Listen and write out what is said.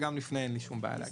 גם לפני אין לי שום בעיה להגיע.